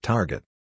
Target